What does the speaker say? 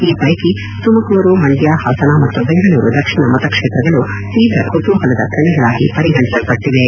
ಈ ಪೈಕಿ ತುಮಕೂರು ಮಂದ್ಯ ಹಾಸನ ಮತ್ತು ಬೆಂಗಳೂರು ದಕ್ಷಿಣ ಮತಕ್ಷೇತ್ರಗಳು ತೀವ ಕುತೂಹಲದ ಕಣಗಳಾಗಿ ಪರಿಗಣಿಸಲ್ಲಟ್ಟಿವೆ